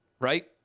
right